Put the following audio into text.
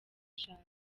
ashaka